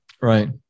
Right